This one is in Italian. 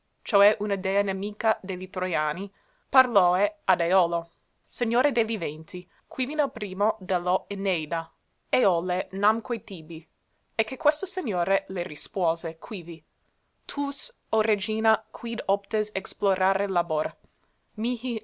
cioè una dea nemica de li troiani parlòe ad eolo segnore de li venti quivi nel primo de lo eneida eole namque tibi e che questo segnore le rispuose quivi tuus o regina quid optes explorare labor